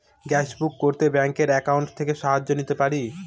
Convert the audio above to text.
Gas book করতে ব্যাংকের account থেকে সাহায্য নিতে পারি?